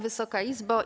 Wysoka Izbo!